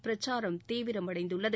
பிரக்சாரம் தீவிரமடைந்துள்ளது